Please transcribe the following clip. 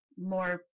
more